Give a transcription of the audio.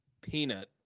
peanut